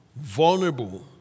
vulnerable